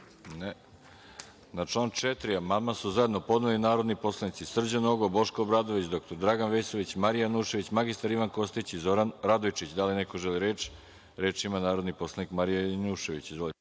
(Ne)Na član 4. amandman su zajedno podneli narodni poslanici Srđan Nogo, Boško Obradović, dr Dragan Vesović, Marija Janjušević, mr Ivan Kostić i Zoran Radojičić. Da li neko želi reč? Reč ima narodni poslanik Marija Janjušević. Izvolite.